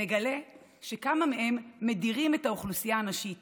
נגלה שכמה מהם מדירים את האוכלוסייה הנשית